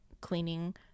cleaning